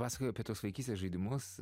pasakojai apie tuos vaikystės žaidimus